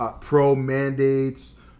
pro-mandates